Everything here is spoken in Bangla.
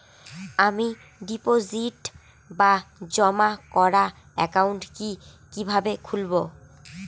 আমি ডিপোজিট বা জমা করার একাউন্ট কি কিভাবে খুলবো?